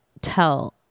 tell